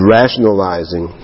rationalizing